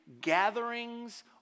gatherings